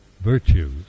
virtues